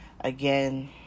Again